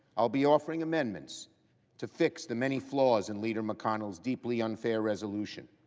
i will be offering amendments to fix the many flaws in leader mcconnell's deeply unfair resolution.